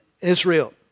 Israel